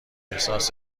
احساس